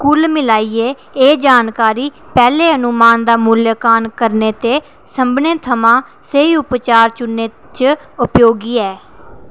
कुल मिलाइयै एह् जानकारी पैह्ले अनुमान दा मूल्यांकन करने ते सभनें थमां स्हेई उपचार चुनने च उपयोगी ऐ